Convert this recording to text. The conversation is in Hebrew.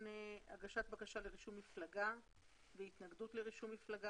הגשת בקשה לרישום מפלגה והתנגדות לרישום מפלגה.